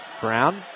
Brown